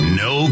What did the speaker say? no